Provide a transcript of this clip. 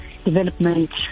development